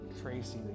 Tracy